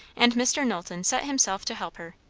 and mr. knowlton set himself to help her.